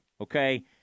Okay